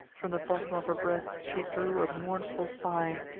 from the bottom of her breast, she drew a mournful sigh,